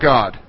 God